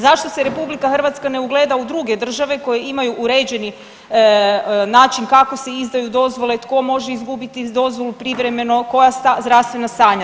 Zašto se RH ne ugleda u druge države koje imaju uređeni način kako se izdaju dozvole, tko može izgubiti dozvolu privremeno, koja zdravstvena stanja?